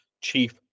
chief